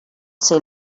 ser